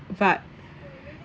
but